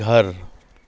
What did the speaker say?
घर